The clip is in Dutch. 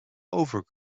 over